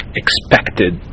expected